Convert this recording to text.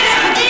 היא תהיה בפנים,